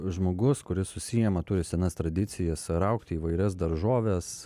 žmogus kuris užsiima turi senas tradicijas raugti įvairias daržoves